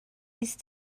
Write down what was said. ist